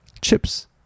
chips